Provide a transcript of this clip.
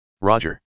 Roger